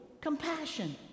compassion